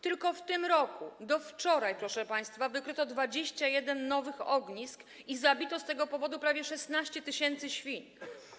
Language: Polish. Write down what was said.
Tylko w tym roku, do wczoraj, proszę państwa, wykryto 21 nowych ognisk i zabito z tego powodu prawie 16 tys. świń.